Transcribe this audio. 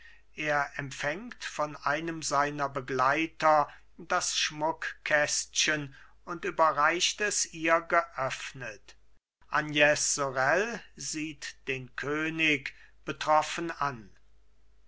er empfängt von einem seiner begleiter das schmuckkästchen und überreicht es ihr geöffnet agnes sorel sieht den könig betroffen an